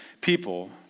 people